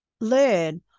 learn